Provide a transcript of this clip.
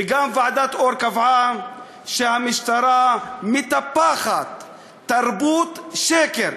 ועדת אור גם קבעה שהמשטרה מטפחת תרבות שקר.